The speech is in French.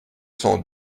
cent